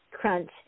crunch